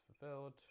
fulfilled